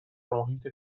محیط